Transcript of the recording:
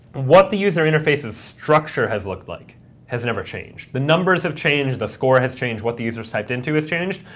what the user interface's structure has looked like has never changed. the numbers have changed, the score has changed, what the user's typed into has changed,